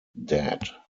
dead